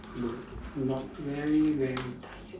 no not very very tired